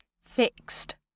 Fixed